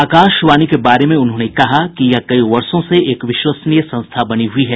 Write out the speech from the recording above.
आकाशवाणी के बारे में उन्होंने कहा कि यह कई वर्षों से एक विश्वसनीय संस्था बनी हुई है